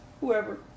whoever